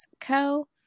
co